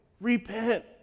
repent